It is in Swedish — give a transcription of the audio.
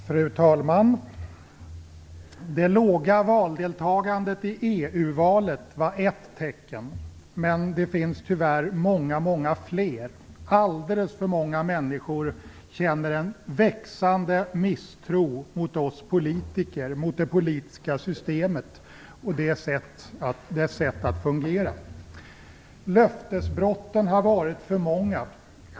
Fru talman! Det låga valdeltagandet i EU-valet var ett tecken. Men det finns tyvärr många fler. Alldeles för många människor känner en växande misstro mot oss politiker, mot det politiska systemet och mot dess sätt att fungera. Löftesbrotten har varit för många.